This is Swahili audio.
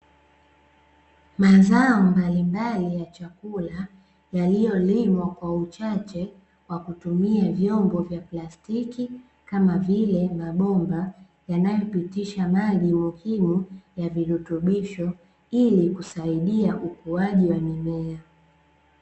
Mazao mbalimbali ya chakula yaliyolimwa kwa uchache kwa kutumia vyombo vya platiki kama vile mabomba yanayopitisha maji muhimu ya virutubisho ili kusaidia ukuaji wa mimea.